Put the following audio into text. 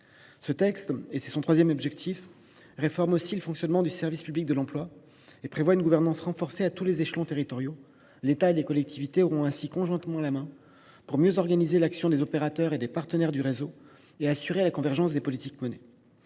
aux ressources humaines. Le texte réforme le fonctionnement du service public de l’emploi et prévoit une gouvernance renforcée à tous les échelons territoriaux. L’État et les collectivités locales auront ainsi conjointement la main pour mieux orienter l’action des opérateurs et des partenaires du réseau, et assurer la convergence des politiques menées.